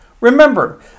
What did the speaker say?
Remember